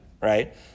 right